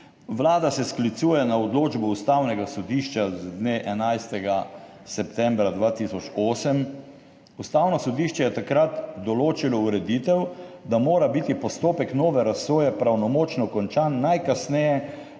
Vlada se sklicuje na odločbo Ustavnega sodišča z dne 11. septembra 2008. Ustavno sodišče je takrat določilo ureditev, da mora biti postopek nove razsoje pravnomočno končan najkasneje